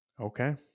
Okay